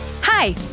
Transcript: Hi